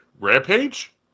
Rampage